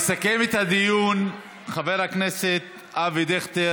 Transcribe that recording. יסכם את הדיון חבר הכנסת אבי דיכטר,